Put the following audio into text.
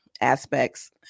aspects